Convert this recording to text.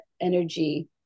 energy